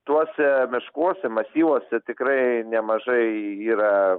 tuose miškuose masyvuose tikrai nemažai yra